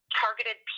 targeted